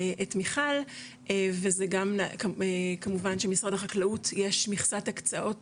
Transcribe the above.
את מיכל וזה גם כמובן שמשרד החקלאות יש מכסת הקצאות